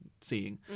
seeing